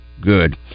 good